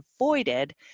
avoided